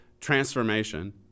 transformation